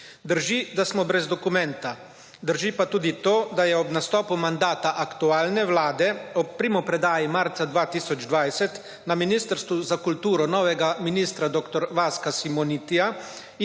Drži, da smo brez dokumenta drži pa tudi to, da je ob nastopu mandata aktualne Vlade ob primopredaji marca 2020 na Ministrstvu za kulturo novega ministra dr. Vaska Simonitija